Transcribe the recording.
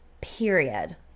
period